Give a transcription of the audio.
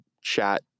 chat